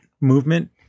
movement